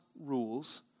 rules